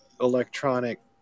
electronic